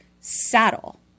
saddle